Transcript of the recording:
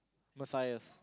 Matthias